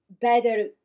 better